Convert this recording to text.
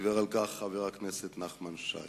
דיבר על כך חבר הכנסת נחמן שי.